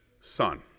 son